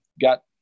got